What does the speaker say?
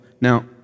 Now